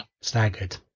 Staggered